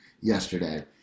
Yesterday